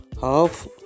Half